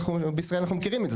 הרי בישראל אנחנו מכירים את זה.